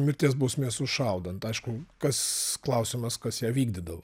mirties bausmė sušaudant aišku kas klausimas kas ją vykdydavo